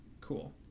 cool